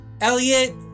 Elliot